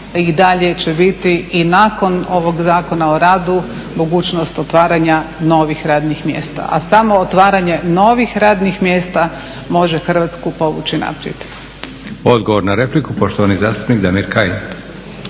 i dalje će biti i nakon ovog Zakona o radu mogućnost otvaranja novih radnih mjesta, a samo otvaranje novih radnih mjesta može Hrvatsku povući naprijed. **Leko, Josip (SDP)** Odgovor na repliku, poštovani zastupnik Damir Kajin.